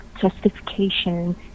justification